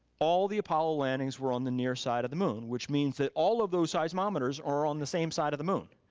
all the apollo landings were on the near side of the moon, which means that all of those seismomenters are on the same side of the moon.